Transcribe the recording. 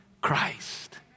Christ